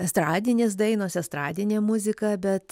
estradinės dainos estradinė muzika bet